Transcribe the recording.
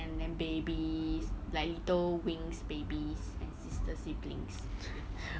and then babies like little winx babies and sister siblings